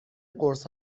قرص